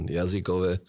jazykové